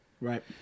Right